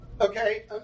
okay